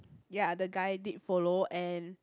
ya the guy did follow and